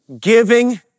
Giving